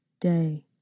day